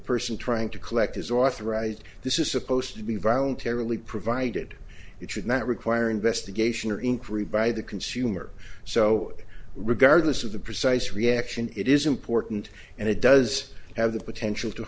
person trying to collect is authorized this is supposed to be violent terribly provided it should not require investigation or inquiry by the consumer so regardless of the precise reaction it is important and it does have the potential to